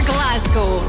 Glasgow